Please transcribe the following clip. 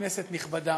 כנסת נכבדה,